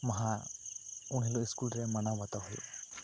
ᱢᱟᱦᱟ ᱩᱱ ᱦᱤᱞᱳᱜ ᱤᱥᱠᱩᱞ ᱨᱮ ᱢᱟᱱᱟᱣ ᱵᱟᱛᱟᱣ ᱦᱩᱭᱩᱜᱼᱟ